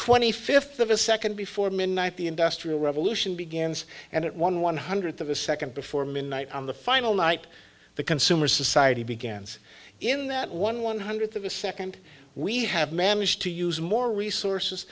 twenty fifth of a second before midnight the industrial revolution began and it won one hundredth of a second before midnight on the final night the consumer society began in that one one hundredth of a second we have managed to use more resources